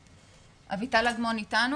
אביטל אגמון אתנו?